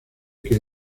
que